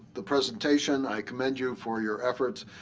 the presentation. i commend you for your efforts.